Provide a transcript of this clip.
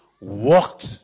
walked